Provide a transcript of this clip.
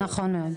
נכון מאוד.